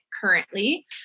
currently